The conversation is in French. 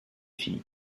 fille